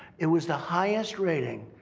it was the highest rating.